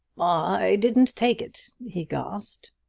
i didn't take it! he gasped.